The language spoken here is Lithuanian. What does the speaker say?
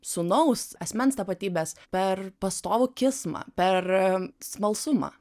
sūnaus asmens tapatybės per pastovų kismą per smalsumą